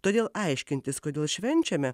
todėl aiškintis kodėl švenčiame